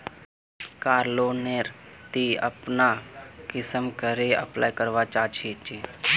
कार loan नेर ती अपना कुंसम करे अप्लाई करवा चाँ चची?